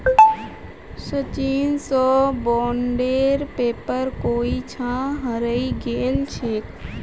सचिन स बॉन्डेर पेपर कोई छा हरई गेल छेक